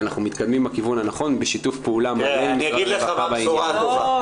ואנחנו מתקדמים בכיוון הנכון בשיתוף פעולה מלא עם משרד הרווחה בעניין.